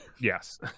Yes